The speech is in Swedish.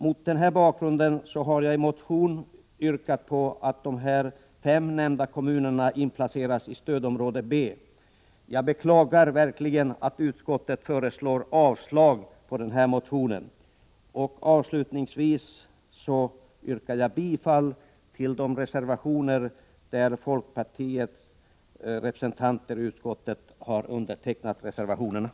Mot denna bakgrund har jag i en motion yrkat på att de fem nämnda kommunerna inplaceras i stödområde B. Jag beklagar verkligen att utskottet yrkar avslag på denna motion. Avslutningsvis yrkar jag bifall till de folkpartireservationer som är fogade till betänkandet.